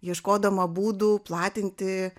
ieškodama būdų platinti